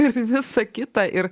ir visa kita ir